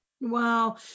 Wow